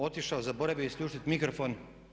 Otišao, zaboravio je isključiti mikrofon.